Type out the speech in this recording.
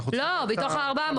לא, בתוך ה-400.